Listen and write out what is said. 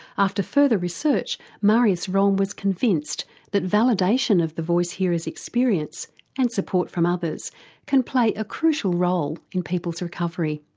after further research marius romme was convinced that validation of the voice hearer's experience and support from others can play a crucial role in people's recovery.